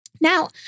Now